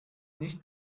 nicht